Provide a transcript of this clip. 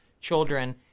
children